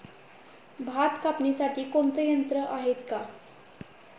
भात कापणीसाठी कोणते यंत्र आहेत का?